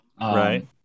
right